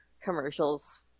commercials